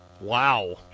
Wow